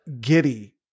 giddy